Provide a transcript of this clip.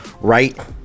right